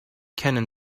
kennen